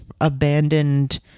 abandoned